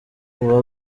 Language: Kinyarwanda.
kuva